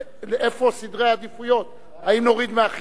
איפה סדרי העדיפויות האם נוריד מהחינוך?